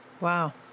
Wow